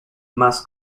más